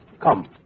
Come